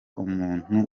umuntu